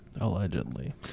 allegedly